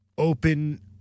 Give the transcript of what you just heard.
Open